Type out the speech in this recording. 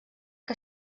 que